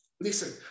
Listen